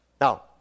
Now